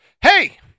hey